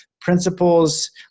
principles